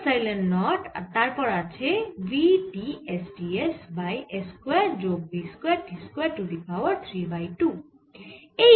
2 epsilon naught r তারপর আছে v t s ds by s square যোগ v square t square to the power 3 by 2